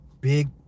big